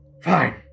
fine